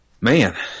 Man